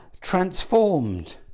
transformed